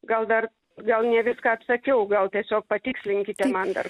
gal dar gal ne viską atsakiau gal tiesiog patikslinkite man dar